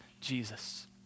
Jesus